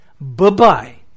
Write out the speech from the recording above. bye-bye